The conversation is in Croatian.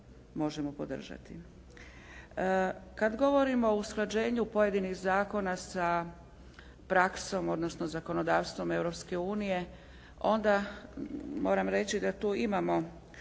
možemo podržati. Kad govorimo o usklađenju pojedinih zakona sa praksom odnosno zakonodavstvom Europske unije onda moram reći da tu imamo